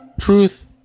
truth